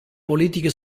politiche